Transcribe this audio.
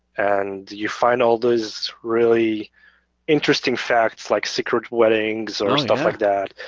and you find all these really interesting facts like secret weddings or stuff like that.